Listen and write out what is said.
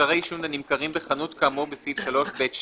מוצרי עישון הנמכרים בחנות כאמור בסעיף 3(ב)(2),